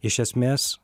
iš esmės